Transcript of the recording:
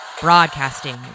Broadcasting